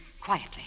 quietly